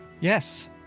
yes